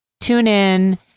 TuneIn